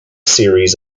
series